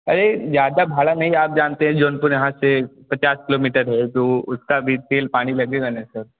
अरे ज़्यादा भाड़ा नहीं आप जानते हैं जौनपुर यहाँ से पचास किलोमीटर है तो उसका भी तेल पानी लगेगा ना सर